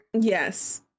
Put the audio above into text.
Yes